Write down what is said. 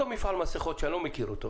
אותו מפעל מסכות שאני לא מכיר אותו,